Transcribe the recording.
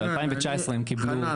ב- 2019 הם קיבלו.